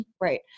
Right